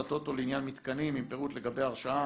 הטוטו לעניין מתקנים עם פירוט לגבי הרשאה,